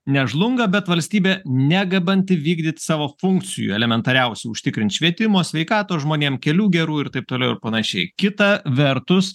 nežlunga bet valstybė negebanti vykdyt savo funkcijų elementariausių užtikrint švietimo sveikatos žmonėm kelių gerų ir taip toliau ir panašiai kita vertus